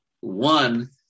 One